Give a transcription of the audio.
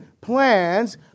plans